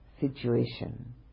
situation